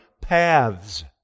paths